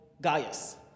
Gaius